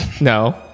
No